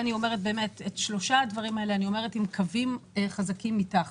את שלושת הדברים האלה אני אומרת עם קווים חזקים מתחת.